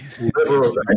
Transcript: liberals